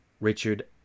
Richard